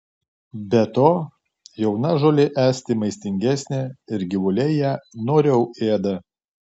be to jauna žolė esti maistingesnė ir gyvuliai ją noriau ėda